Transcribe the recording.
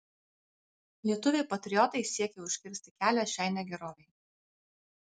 lietuviai patriotai siekė užkirsti kelią šiai negerovei